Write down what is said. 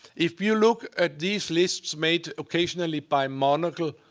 if you look at these lists made occasionally by monocle,